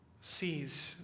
sees